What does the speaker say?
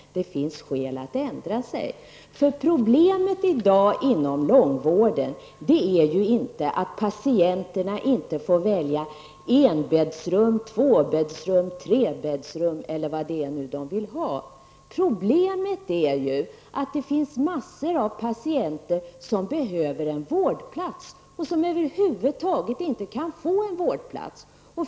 Det finns skäl att ändra sig. Problemet i dag inom långvården är inte att patienterna inte får välja enbäddsrum, tvåbäddsrum, trebäddsrum eller vad de nu vill ha. Problemet är att det finns massor av patienter som behöver en vårdplats och som över huvud taget inte kan få en vårdplats.